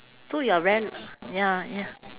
so you are very ya ya